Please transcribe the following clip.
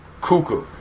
cuckoo